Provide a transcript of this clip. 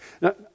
Now